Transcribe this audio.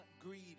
greed